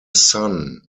son